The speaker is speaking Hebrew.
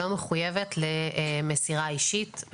לא מחויבת למסירה אישית,